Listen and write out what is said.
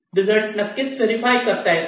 result नक्कीच verify करता येतो